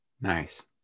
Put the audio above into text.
Nice